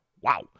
Wow